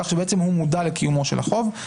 כך שהוא מודע לקיומו של החוב.